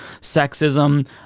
sexism